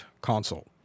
console